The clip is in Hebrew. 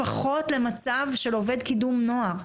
לפחות למצב של עובד קידום נוער.